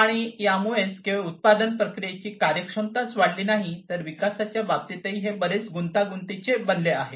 आणि यामुळे केवळ उत्पादन प्रक्रियेची कार्यक्षमताच वाढली नाही तर विकासाच्या बाबतीतही हे बरेच गुंतागुंतीचे बनले आहे